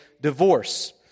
divorce